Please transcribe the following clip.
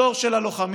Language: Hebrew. הדור של הלוחמים,